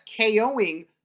KOing